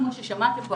כמו ששמעתם פה,